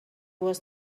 was